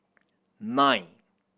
nine